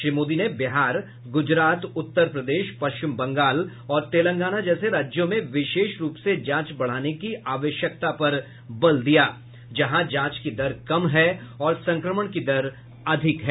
श्री मोदी ने बिहार गुजरात उत्तर प्रदेश पश्चिम बंगाल और तेलंगाना जैसे राज्यों में विशेष रूप से जांच बढ़ाने की आवश्यकता पर बल दिया जहां जांच की दर कम है और संक्रमण की दर अधिक है